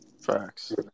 Facts